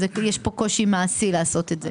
שיש פה קושי מעשי לעשות את זה.